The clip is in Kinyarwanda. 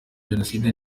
jenoside